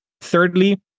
Thirdly